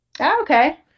Okay